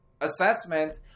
assessment